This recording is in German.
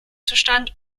zustand